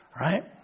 Right